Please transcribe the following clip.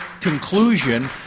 conclusion